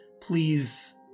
please